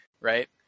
Right